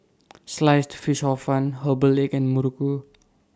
Sliced Fish Hor Fun Herbal Egg and Muruku